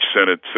Senate